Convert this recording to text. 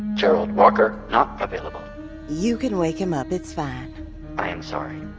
gerald walker not available you can wake him up, it's fine i am sorry,